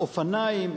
אופניים,